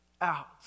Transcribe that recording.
out